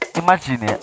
imagine